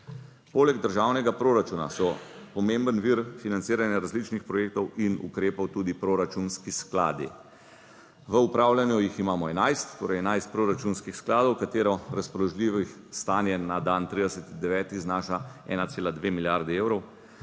Poleg državnega proračuna so pomemben vir financiranja različnih projektov in ukrepov tudi proračunski skladi. V upravljanju jih imamo 11, torej 11 proračunskih skladov, katerih razpoložljivo stanje na dan 30. 9. znaša 1,2 milijardi evrov,